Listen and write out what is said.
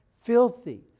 filthy